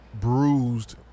bruised